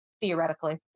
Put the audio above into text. theoretically